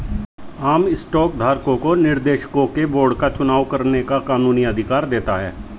आम स्टॉक धारकों को निर्देशकों के बोर्ड का चुनाव करने का कानूनी अधिकार देता है